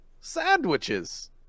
Sandwiches